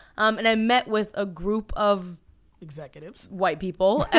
and i met with a group of executives. white people.